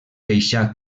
deixà